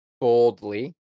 Boldly